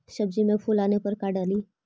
सब्जी मे फूल आने पर का डाली?